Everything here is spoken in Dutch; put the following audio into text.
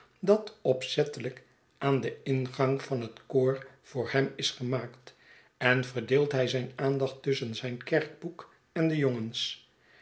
dat opzettelijk aan den ingang van het koor voor hem is gemaakt en verdeelt hij zijn aandacht tusschen zijn kerkboek en de jongens